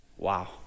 Wow